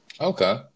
Okay